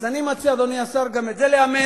אז אני מציע, אדוני השר, גם את זה לאמץ.